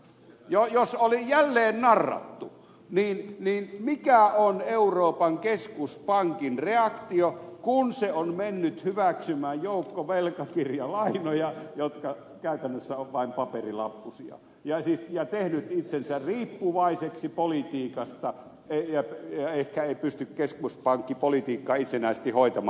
jos oli jälleen narrattu niin mikä on euroopan keskuspankin reaktio kun se on mennyt hyväksymään joukkovelkakirjalainoja jotka käytännössä ovat vain paperilappusia ja tehnyt itsensä riippuvaiseksi politiikasta ja ehkä ei pysty keskuspankkipolitiikkaa itsenäisesti hoitamaan